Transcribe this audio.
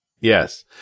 Yes